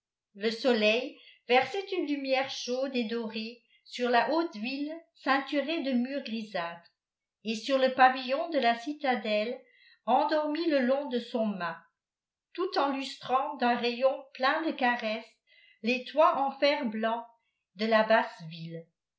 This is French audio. le soleil versait une lumière chaude et dorée sur la haute ville ceinturée de murs grisâtres et sur le pavillon de la citadelle endormi le long de son mât tout en lustrant d'un rayon plein de caresses les toits en fer-blanc de la basse ville